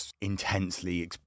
intensely